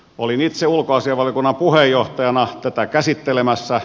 olin itse ulkoasiainvaliokunnan puheenjohtajana tätä käsittelemässä